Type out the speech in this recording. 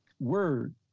word